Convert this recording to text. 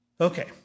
Okay